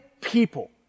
people